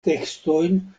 tekstojn